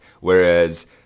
whereas